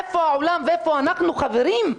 איפה העולם ואיפה אנחנו, חברים?